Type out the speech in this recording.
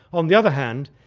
on the other hand,